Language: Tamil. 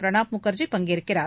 பிரணாப் முகர்ஜி பங்கேற்கிறார்